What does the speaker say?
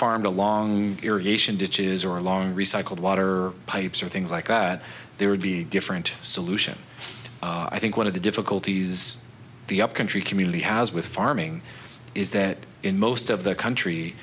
farmed along irrigation ditches or long recycled water pipes or things like that there would be a different solution i think one of the difficulties the upcountry community has with farming is that in most of the country